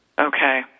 Okay